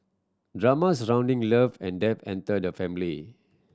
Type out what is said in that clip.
drama surrounding love and death enter the family